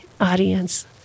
audience